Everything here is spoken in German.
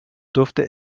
dürfte